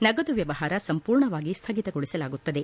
ನಗದು ವ್ಯವಹಾರ ಸಂಪೂರ್ಣವಾಗಿ ಸ್ಥಗಿತಗೊಳಿಸಲಾಗುತ್ತದೆ